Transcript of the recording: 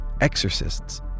Exorcists